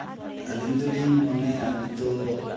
ᱟᱹᱞᱤᱧ ᱫᱚᱞᱤᱧ ᱢᱚᱱᱮᱭᱟ ᱱᱤᱛᱳᱜ